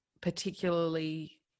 particularly